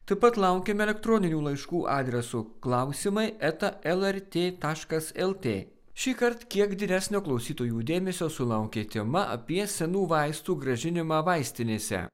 taip pat laukiame elektroninių laiškų adresu klausimai eta lrt taškas lt šįkart kiek didesnio klausytojų dėmesio sulaukė tema apie senų vaistų grąžinimą vaistinėse